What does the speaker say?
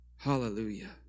Hallelujah